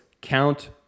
count